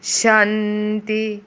Shanti